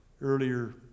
Earlier